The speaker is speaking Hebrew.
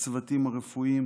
הצוותים הרפואיים,